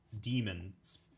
demons